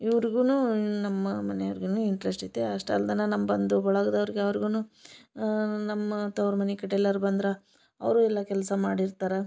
ಇವ್ರಿಗೂನು ನಮ್ಮ ಮನೆ ಅವ್ರಿಗೂನು ಇಂಟ್ರೆಸ್ಟ್ ಐತೆ ಅಷ್ಟು ಅಲ್ದೇನ ನಮ್ಮ ಬಂಧು ಬಳಗದವ್ರಿಗೆ ಅವ್ರಿಗೂನು ನಮ್ಮ ತವ್ರು ಮನಿ ಕಡಿ ಎಲ್ಲಾರ ಬಂದರ ಅವರು ಎಲ್ಲ ಕೆಲಸ ಮಾಡಿರ್ತಾರ